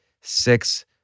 six